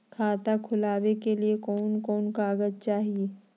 खाता खोलाबे के लिए कौन कौन कागज चाही?